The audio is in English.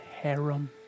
harem